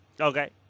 Okay